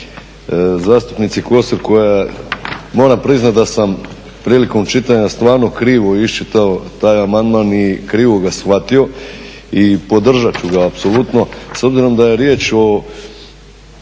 zastupnici Kosor koja moram priznati da sam prilikom čitanja stvarno krivo iščitao taj amandman i krivo ga shvatio i podržat ću ga apsolutno